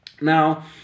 now